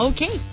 Okay